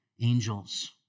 angels